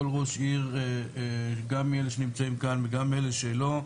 ראש עיר גם מאלה שנמצאים כאן וגם מאלה שלא,